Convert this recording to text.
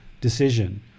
decision